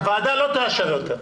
הוועדה לא תאשר יותר,